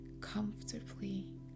comfortably